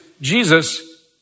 Jesus